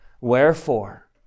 Wherefore